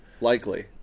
Likely